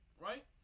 right